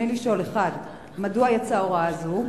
ברצוני לשאול: 1. מדוע יצאה הוראה זו?